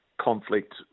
conflict